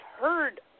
heard